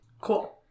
Cool